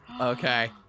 okay